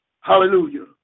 Hallelujah